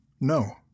No